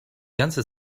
ganze